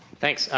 thanks.